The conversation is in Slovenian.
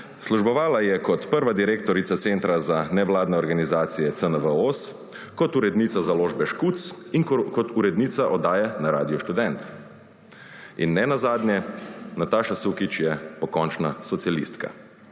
Službovala je kot prva direktorica centra za nevladne organizacije CNVOS, kot urednica založbe Škuc in kot urednica oddaje na Radiu Študent. In ne nazadnje, Nataša Sukič je pokončna socialistka.